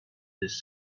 these